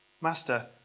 Master